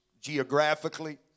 geographically